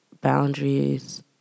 boundaries